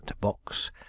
box